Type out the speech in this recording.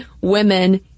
women